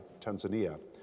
Tanzania